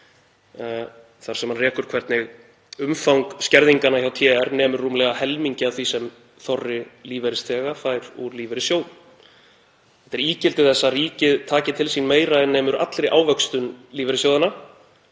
þar sem hann rekur hvernig umfang skerðinganna hjá TR nemur rúmlega helmingi af því sem þorri lífeyrisþega fær úr lífeyrissjóði. Þetta er ígildi þess að ríkið taki til sín meira en nemur allri ávöxtun lífeyrissjóðanna